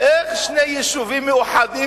איך שני יישובים מאוחדים,